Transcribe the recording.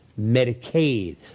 Medicaid